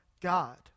God